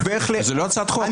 זה לא הצעת חוק, בדיוק.